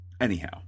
Anyhow